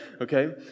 Okay